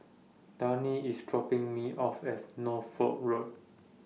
Dwayne IS dropping Me off At Norfolk Road